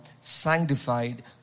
sanctified